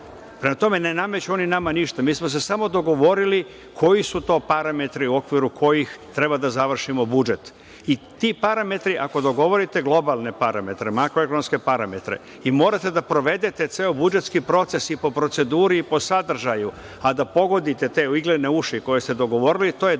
tome, ne nameću oni nama ništa, mi smo se samo dogovorili koji su to parametri u okviru kojih treba da završimo budžet. Ti parametri, ako dogovorite globalne parametre, makroekonomske parametre i morate da provedete ceo budžetski proces i po proceduri i po sadržaju, a da pogodite te iglene uši koje ste dogovorili, to je dosta